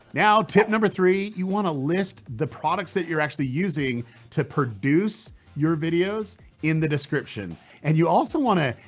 now tip number three. you wanna list the products that you're actually using to produce your videos in the description and you also wanna,